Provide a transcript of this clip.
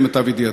למיטב ידיעתי,